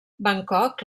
bangkok